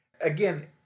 Again